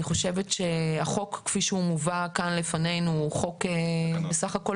אני חושבת שהתקנה כפי שהיא מובאת כאן לפנינו היא בסך הכול